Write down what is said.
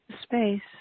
space